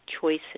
choices